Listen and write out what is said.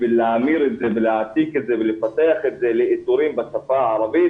בשביל להמיר את זה ולהעתיק את זה ולפתח את זה לאיתורים בשפה הערבית,